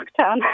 lockdown